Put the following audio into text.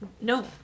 No